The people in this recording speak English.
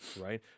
right